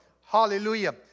Hallelujah